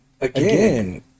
again